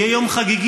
יהיה יום חגיגי,